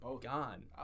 gone